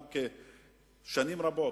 במשך שנים רבות.